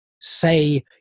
Say